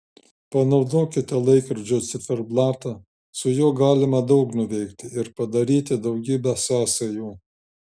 panaudokite laikrodžio ciferblatą su juo galima daug nuveikti ir padaryti daugybę sąsajų